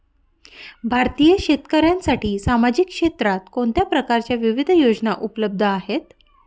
भारतीय शेतकऱ्यांसाठी सामाजिक क्षेत्रात कोणत्या प्रकारच्या विविध योजना उपलब्ध आहेत?